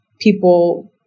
people